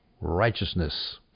righteousness